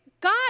God